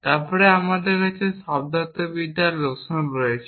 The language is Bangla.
তারপরে আমাদের কাছে শব্দার্থবিদ্যার লোশন রয়েছে